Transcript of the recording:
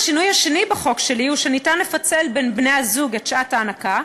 השינוי השני בחוק שלי הוא שניתן לפצל בין בני-הזוג את שעת ההנקה,